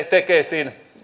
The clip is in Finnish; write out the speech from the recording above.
tekesin